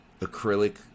acrylic